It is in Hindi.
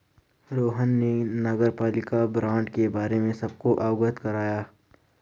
रोहन ने नगरपालिका बॉण्ड के बारे में सबको अवगत कराया